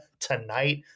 tonight